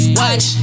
watch